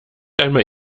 einmal